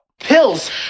Pills